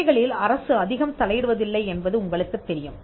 சந்தைகளில் அரசு அதிகம் தலையிடுவதில்லை என்பது உங்களுக்குத் தெரியும்